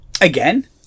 again